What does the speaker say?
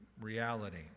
reality